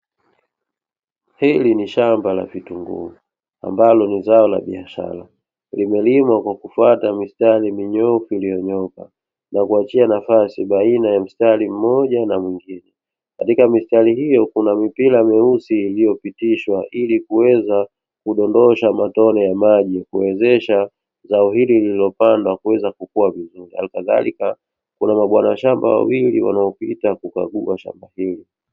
Hili ni shamba la vitunguu ambalo ni zao la biashara limelimwa kwa kufuata mistari minyoofu iliyonyooka na kuachia nafasi baina ya mstari mmoja na mwingine. Katika mistari hiyoo kuna mipira meusi iliyopitishwa ili kuweza kudondosha matone ya maji kuwezesha zao hili lililopandwa kuweza kukua vizuri. Halikadharika, kuna mabwana shamba wawili wanaopita kukagua shamba hili.